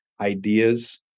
ideas